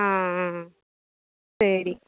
ஆ ஆ சரி